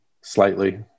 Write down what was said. slightly